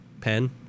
pen